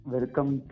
Welcome